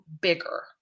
bigger